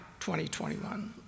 2021